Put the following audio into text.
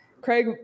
Craig